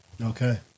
Okay